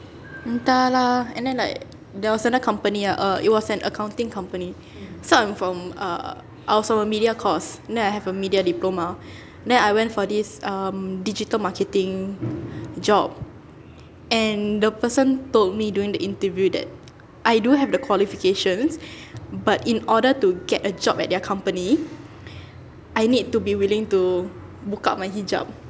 entah lah and then like there was another company ah err it was an accounting company so I'm from uh I was from a media course then I have a media diploma then I went for this um digital marketing job and the person told me during the interview that I don't have the qualifications but in order to get a job at their company I need to be willing to buka my hijab